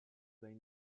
dai